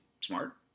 smart